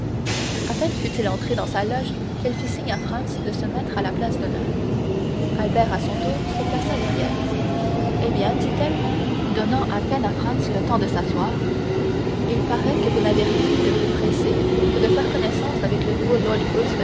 à peine furent-ils entrés dans sa loge qu'elle fit signe à franz de se mettre à la place d'honneur albert à son tour se plaça derrière eh bien dit-elle donnant à peine à franz le temps de s'asseoir il paraît que vous n'avez rien eu de plus pressé que de faire connaissance avec le nouveau